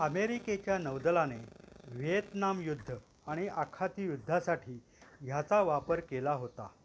अमेरिकेच्या नौदलाने व्हिएतनाम युद्ध आणि आखाती युद्धासाठी ह्याचा वापर केला होता